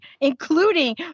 including